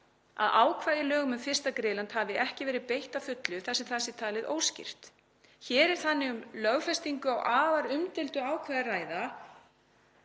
að ákvæði í lögum um fyrsta griðland hafi ekki verið beitt að fullu þar sem það sé talið óskýrt. Hér er þannig um lögfestingu á afar umdeildu ákvæði að